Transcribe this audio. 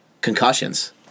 concussions